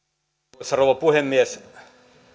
arvoisa rouva puhemies